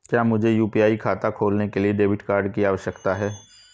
क्या मुझे यू.पी.आई खाता खोलने के लिए डेबिट कार्ड की आवश्यकता है?